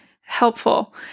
helpful